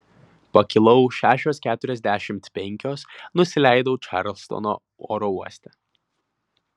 pakilau šešios keturiasdešimt penkios nusileidau čarlstono oro uoste